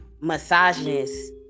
misogynist